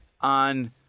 on